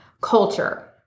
Culture